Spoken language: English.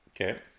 Okay